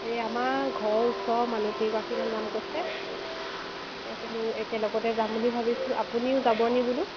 এই আমাৰ ঘৰ ওচৰ মানুহকেইগৰাকীমান যাম কৈছে তাকে বোলো একেলগতে যাম বুলি ভাবিছোঁ আপুনিও যাব নি বোলো